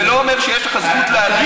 זה לא אומר שיש לך זכות להגיב.